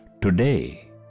today